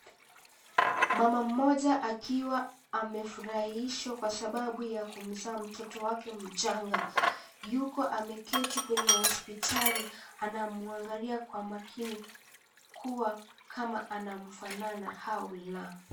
Mama mmoja akiwa amefurahishwa Kwa sababu ya kumzaa mtoto wake mchanga ,Yuko ameketi kwenye hospitali anamwangalia Kwa makini kuwa kama anamfanana au la.